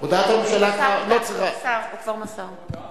הודעת הממשלה כבר, לא צריכה, נמסרה.